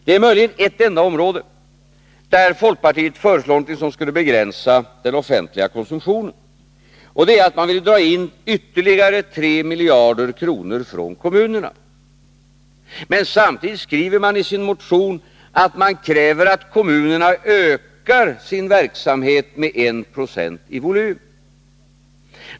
Det är möjligen ett enda område där folkpartiet föreslår någonting som skulle begränsa den offentliga konsumtionen: man vill dra in ytterligare 3 miljarder kronor från kommunerna. Men samtidigt kräver man i sin motion att kommunerna skall öka sin verksamhet med 1 960 i volym.